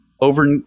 over